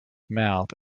mouth